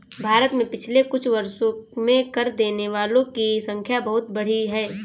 भारत में पिछले कुछ वर्षों में कर देने वालों की संख्या बहुत बढ़ी है